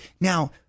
Now